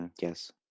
Yes